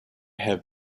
have